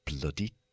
bloody